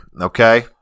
okay